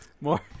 more